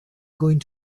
going